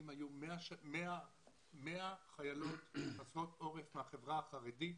היו 100 חיילות חסרות עורף מהחברה החרדית.